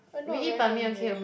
I not very hungry eh